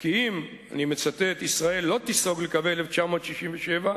כי אם, אני מצטט: "ישראל לא תיסוג לקווי 1967,